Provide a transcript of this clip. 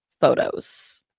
photos